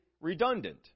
redundant